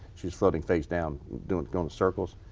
she was floating face down doing circles.